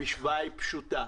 המשוואה פשוטה: